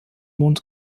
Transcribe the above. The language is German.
mond